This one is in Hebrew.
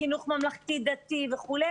לחינוך ממלכתי דתי וכו'.